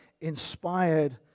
inspired